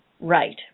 Right